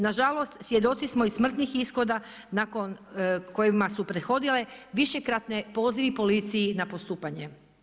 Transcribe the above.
Na žalost svjedoci smo i smrtnih ishoda kojima su prethodile višekratne pozivi policiji na postupanje.